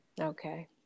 okay